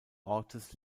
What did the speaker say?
ortes